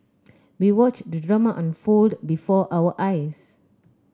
we watched the drama unfold before our eyes